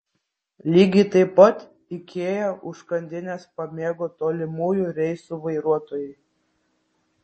lygiai taip pat ikea užkandines pamėgo tolimųjų reisų vairuotojai